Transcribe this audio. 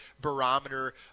barometer